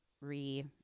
re